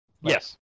Yes